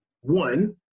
One